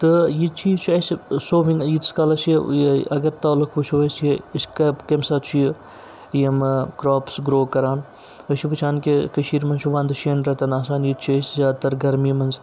تہٕ یہِ چیٖز چھُ اَسہِ سووِنٛگ ییٖتِس کالَس چھِ یہِ اگر تعلُق وٕچھو أسۍ یہِ أسۍ کمہِ ساتہٕ چھُ یہِ یِمہٕ کرٛاپٕس گرٛو کَران أسۍ چھِ وٕچھان کہِ کٔشیٖرِ منٛز چھُ وَنٛدٕ شٮ۪ن رٮ۪تَن آسان ییٚتہِ چھِ أسۍ زیادٕ تَر گرمی منٛز